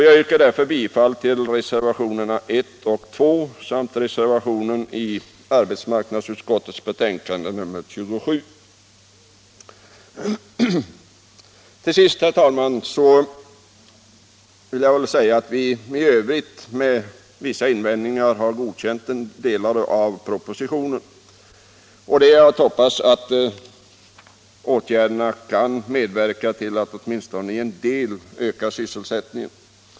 Jag yrkar därför bifall till reservationerna 1 och 2 i arbetsmarknads 51 Till sist, herr talman, vill jag säga att vi i övrigt med vissa invändningar har godkänt delar av propositionen. Det är att hoppas att åtgärderna kan medverka till att åtminstone i en del orter öka sysselsättningen.